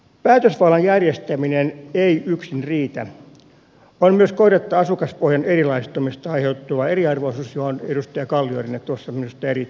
päätösvallan järjestäminen ei yksin riitä on myös korjattava asukaspohjan erilaistumisesta aiheutuva eriarvoisuus johon edustaja kalliorinne minusta erittäin hyvin puuttui